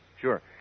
Sure